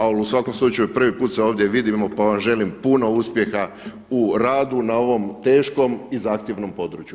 Ali u svakom slučaju prvi put se ovdje vidimo pa vam želim puno uspjeha u radu na ovom teškom i zahtjevnom području.